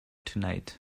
tonight